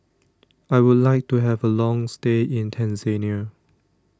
I would like to have a long stay in Tanzania